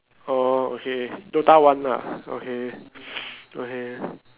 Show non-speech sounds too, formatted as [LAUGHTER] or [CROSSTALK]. oh okay dota one lah okay [NOISE] okay